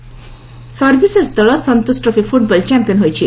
ସନ୍ତୋଷ trophy services ଦଳ Santosh trophy football champion ହୋଇଛି